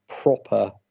proper